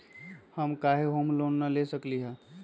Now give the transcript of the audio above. हम काहे home loan न ले सकली ह?